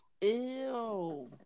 Ew